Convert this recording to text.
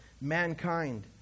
mankind